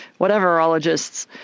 whateverologists